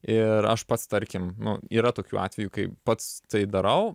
ir aš pats tarkim nu yra tokių atvejų kai pats tai darau